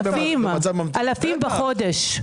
אלפים בחודש.